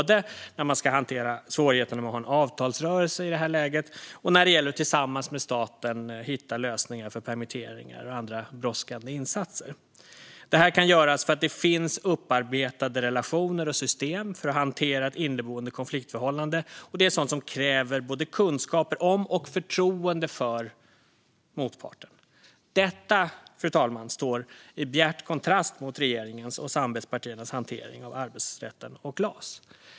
Det gäller svårigheten både att hantera en avtalsrörelse i det här läget och att tillsammans med staten hitta lösningar för permitteringar och andra brådskande insatser. Det här kan göras för att det finns upparbetade relationer och system för att hantera ett inneboende konfliktförhållande, och det är sådant som kräver kunskaper om och förtroende för motparten. Detta, fru talman, står i bjärt kontrast mot regeringens och samarbetspartiernas hantering av arbetsrätten och LAS.